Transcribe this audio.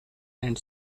and